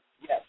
yes